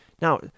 Now